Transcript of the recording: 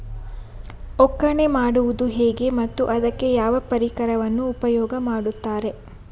ಒಕ್ಕಣೆ ಮಾಡುವುದು ಹೇಗೆ ಮತ್ತು ಅದಕ್ಕೆ ಯಾವ ಪರಿಕರವನ್ನು ಉಪಯೋಗ ಮಾಡುತ್ತಾರೆ?